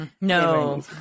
No